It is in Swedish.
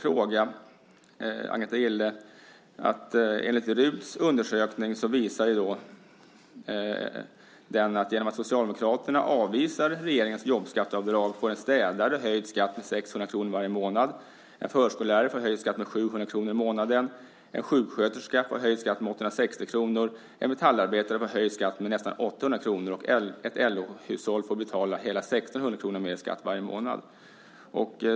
RUT:s undersökning visar att genom att Socialdemokraterna avvisar regeringens jobbskatteavdrag får en städare höjd skatt med 600 kr varje månad. En förskollärare får höjd skatt med 700 kr i månaden. En sjuksköterska får höjd skatt med 860 kr. En metallarbetare får höjd skatt med nästan 800 kr. Och ett LO-hushåll får betala hela 1 600 kr mer i skatt varje månad.